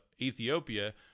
Ethiopia